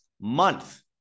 month